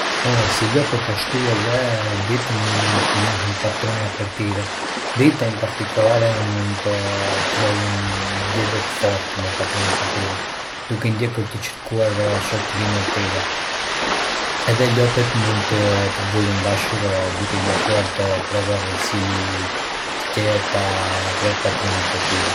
Hëh, si lopët ashtu edhe dhitë mund t'i njohin patrunat e tyre. Dhitë, in particolare, mund të krijojnë një lidhje të fortë me pronarët e tyre, duke i ndjekur dhe kërkuar shoqërinë e tyre. Edhe lopët mund të tregojnë dashuri duke iu afruar dhe treguar sjellje të qeta përreth patrunat të tyre.